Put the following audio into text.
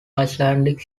icelandic